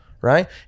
Right